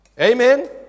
Amen